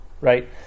right